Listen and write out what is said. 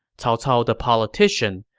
cao cao the politician,